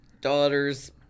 daughters